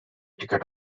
ticket